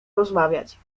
rozmawiać